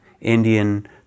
Indian